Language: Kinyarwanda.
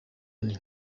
nti